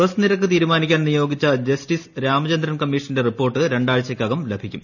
bus നിരക്ക് തീരുമാനിക്കാൻ നിയോഗിച്ച് ജസ്റ്റിസ് രാമചന്ദ്രൻ കമ്മീഷന്റെ റിപ്പോർട്ട് രണ്ടാഴ്ചക്ക്ക്ക് ലഭിക്കും